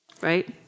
Right